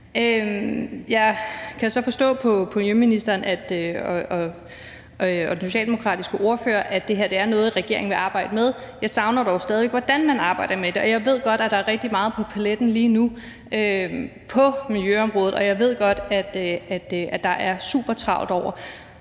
Jeg kan så forstå på miljøministeren og den socialdemokratiske ordfører, at det her er noget, regeringen vil arbejde med. Jeg savner dog stadig, hvordan man arbejder med det. Jeg ved godt, at der er rigtig meget på paletten lige nu på miljøområdet, og jeg ved godt, at der er super travlt, men